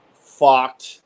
fucked